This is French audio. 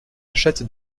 achète